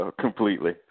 completely